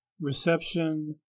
reception